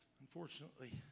unfortunately